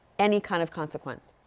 any kind of consequence.